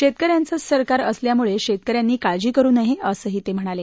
शेतकऱ्यांचंच सरकार असल्यामुळे शेतकऱ्यांनी काळजी करु नये असंही ते म्हणाले